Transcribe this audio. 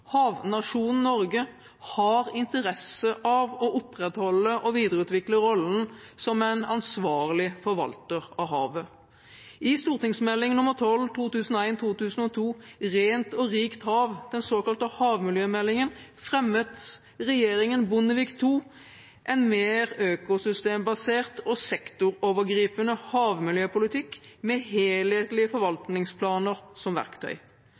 Havnasjonen Norge har interesse av å opprettholde og videreutvikle rollen som en ansvarlig forvalter av havet. I St.meld. nr. 12 for 2001–2002, Rent og rikt hav, den såkalte havmiljømeldingen, fremmet regjeringen Bondevik II en mer økosystembasert og sektorovergripende havmiljøpolitikk med helhetlige forvaltningsplaner som verktøy.